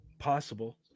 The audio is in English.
possible